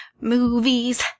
Movies